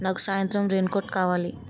నాకు సాయంత్రం raincoat కావాలి